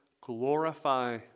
glorify